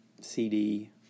CD